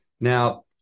Now